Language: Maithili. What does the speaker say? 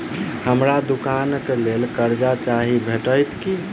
हमरा दुकानक लेल कर्जा चाहि भेटइत की?